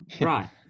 Right